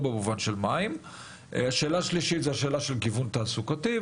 שאלת הגיוון התעסוקתי.